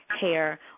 hair